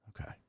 Okay